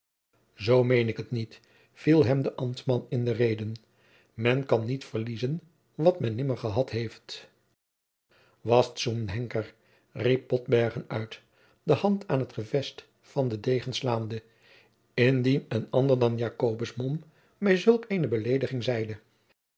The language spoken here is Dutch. zoo meen ik het niet viel hem de ambtman in de reden men kan niet verliezen wat men nimmer gehad heeft was zum henker riep botbergen uit de hand aan het gevest van den degen slaande indien een ander dan jacobus mom mij zulk eene belediging zeide